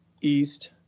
east